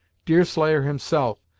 deerslayer, himself,